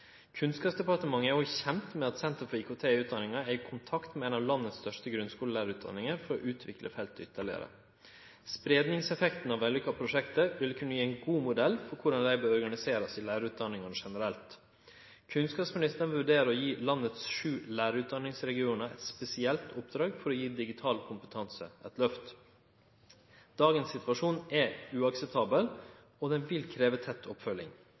Kunnskapsdepartementet er òg kjent med at Senter for IKT i utdanninga er i kontakt med ei av landets største grunnskulelærarutdanningar for å utvikle feltet ytterlegare. Spreiingseffekten av vellykka prosjekt vil kunne gje ein god modell for korleis dei bør organisere lærarutdanninga generelt. Kunnskapsministeren vurderer å gje landets sju lærarutdanningsregionar eit spesielt oppdrag for å gje digital kompetanse eit løft. Dagens situasjon er uakseptabel og vil krevje tett oppfølging.